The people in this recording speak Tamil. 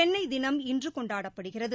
சென்னை தினம் இன்று கொண்டாடப்படுகிறது